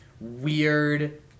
weird